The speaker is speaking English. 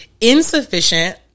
Insufficient